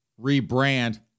rebrand